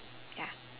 ya